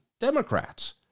Democrats